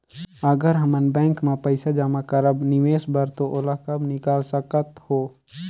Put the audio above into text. अगर हमन बैंक म पइसा जमा करब निवेश बर तो ओला कब निकाल सकत हो?